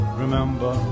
remember